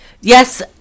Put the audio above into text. yes